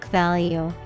value